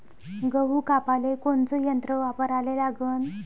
गहू कापाले कोनचं यंत्र वापराले लागन?